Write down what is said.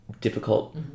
difficult